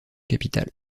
capital